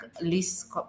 list